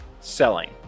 selling